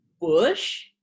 bush